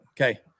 Okay